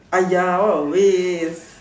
!aiya! what a waste